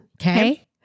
Okay